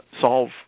solve